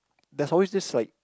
there's always this like